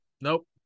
Nope